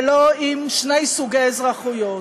ולא עם שני סוגי אזרחויות.